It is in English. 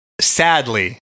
Sadly